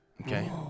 Okay